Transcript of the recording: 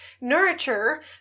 nurture